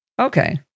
Okay